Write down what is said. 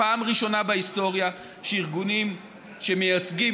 פעם ראשונה בהיסטוריה שארגונים שמייצגים